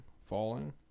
falling